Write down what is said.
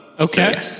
Okay